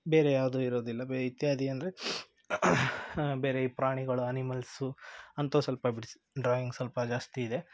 ಬೇರೆ ಯಾವುದೂ ಇರೋದಿಲ್ಲ ಬೆ ಇತ್ಯಾದಿ ಅಂದರೆ ಬೇರೆ ಈ ಪ್ರಾಣಿಗಳು ಅನಿಮಲ್ಸು ಅಂಥವು ಸ್ವಲ್ಪ ಬಿಡ್ಸಿ ಡ್ರಾಯಿಂಗ್ ಸ್ವಲ್ಪ ಜಾಸ್ತಿ ಇದೆ